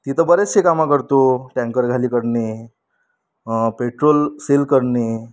तिथं बरेचसे कामं करतो टँकर खाली करणे पेट्रोल सेल करणे